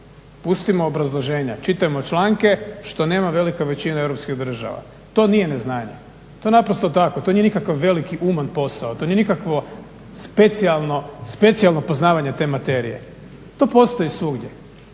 Pustimo obrazloženja, čitamo članke što nema velika većina europskih država. To nije neznanje, to je naprosto tako, to nije nikakav veliki uman posao, to nije nikakvo specijalno poznavanje te materije, to postoji svugdje.